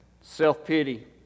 self-pity